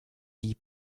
die